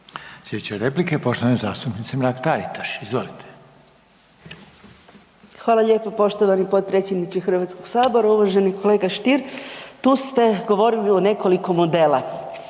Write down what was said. Slijedeća replika je poštovane zastupnice Mrak Taritaš. Izvolite. **Mrak-Taritaš, Anka (GLAS)** Hvala lijepo poštovani potpredsjedniče Hrvatskog sabora. Uvaženi kolega Stier tu ste govorili o nekoliko model.